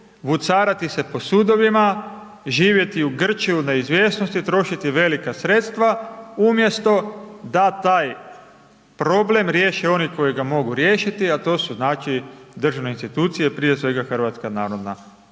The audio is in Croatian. vucarati se po sudovima, živjeti u grču, neizvjesnosti, trošiti velika sredstva, umjesto, da taj problem riješe oni koji ga mogu riješiti, a to su znači državne institucije, prije svega HNB. Ona